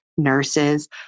nurses